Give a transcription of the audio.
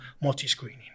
multi-screening